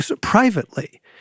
privately